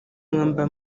mwamba